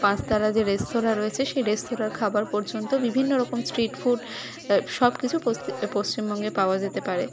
পাঁচতারা যে রেস্তরাঁ রয়েছে সে রেস্তরাঁর খাবার পর্যন্ত বিভিন্ন রকম স্ট্রিট ফুড সব কিছু পশ্চিমবঙ্গে পাওয়া যেতে পারে